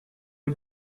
les